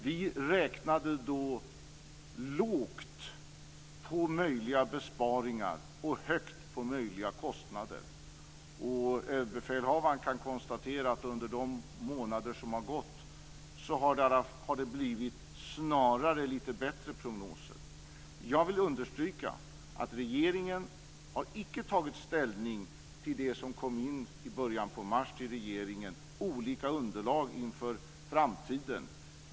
Vi räknade då lågt på möjliga besparingar och högt på möjliga kostnader. Överbefälhavaren kan konstatera att under de månader som har gått har det snarare blivit lite bättre prognoser. Jag vill understryka att regeringen icke har tagit ställning till det som kom in i början av mars till regeringen, olika underlag inför framtiden.